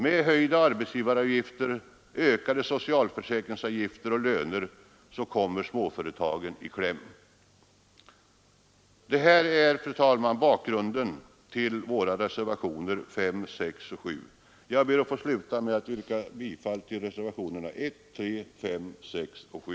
Med höjda arbetsgivaravgifter och ökade socialaförsäkringsavgifter och löner kommer småföretagen i kläm. Fru talman! Det här är bakgrunden till våra reservationer 5, 6 och 7. Jag ber att få sluta med att yrka bifall till reservationerna 1, 3, 5, 6 och 7.